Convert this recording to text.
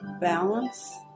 balance